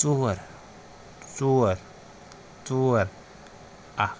ژور ژور ژور اَکھ